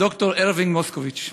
הד"ר ארווינג מוסקוביץ.